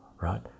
right